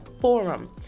forum